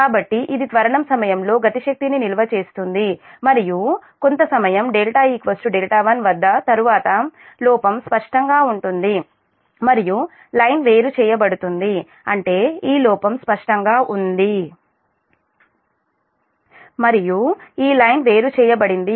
కాబట్టి ఇది త్వరణం సమయంలో గతి శక్తిని నిల్వ చేస్తుంది మరియు కొంత సమయం δ δ1 వద్ద తరువాత లోపం స్పష్టంగా ఉంటుంది మరియు లైన్ వేరు చేయబడుతుంది అంటే ఈ లోపం స్పష్టంగా ఉంది మరియు ఈ లైన్ వేరుచేయబడింది